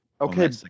Okay